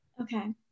okay